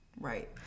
right